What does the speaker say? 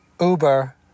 Uber